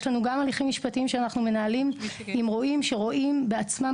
יש גם הליכים משפטיים שאנחנו מנהלים כנגד רועים שרואים עצמם